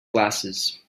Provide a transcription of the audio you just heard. glasses